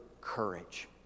courage